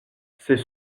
c’est